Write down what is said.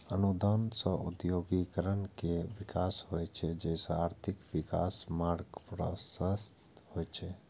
अनुदान सं औद्योगिकीकरण के विकास होइ छै, जइसे आर्थिक विकासक मार्ग प्रशस्त होइ छै